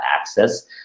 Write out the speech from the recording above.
access